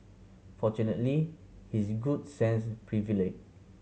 fortunately his good sense prevailed